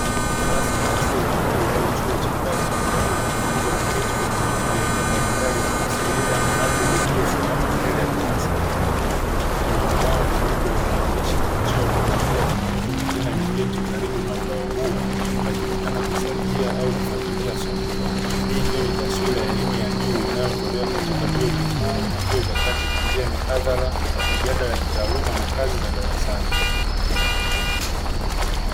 Darasa la chuo kikuu au chuo cha kati ambapo wanafunzi wameketi kwenye viti vya aina mbalimbali wakimsikiliza mhadhiri aliyesimama mbele ya darasa, kuna ubao mweupe wenye maandishi na michoro na pia kuna mtu mwingine ameketi karibu na ubao huo akionekana kusaidia au kufatilia somo, hii ikiwa ni taswira ya elimu ya juu inayotolewa katika vyuo vikuu na vyuo vya kati kwa njia ya mihadhara, mijadala ya kitaaluma na kazi za darasani.